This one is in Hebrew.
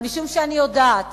אבל משום שאני יודעת